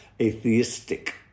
atheistic